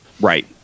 right